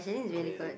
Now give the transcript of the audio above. amazing